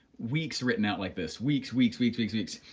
weeks written out like this, weeks, weeks, weeks, weeks, weeks.